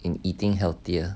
in eating healthier